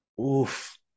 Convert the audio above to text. Oof